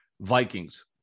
Vikings